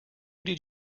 did